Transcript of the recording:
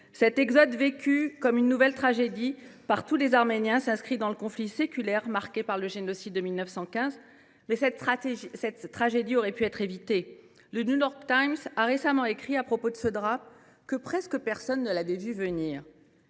Cet exode, vécu comme une nouvelle tragédie par tous les Arméniens, s’inscrit dans le conflit séculaire marqué par le génocide de 1915. Cette tragédie aurait pu être évitée. Le a récemment écrit, à propos de ce drame, que « presque personne ne l’avait vu venir